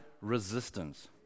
resistance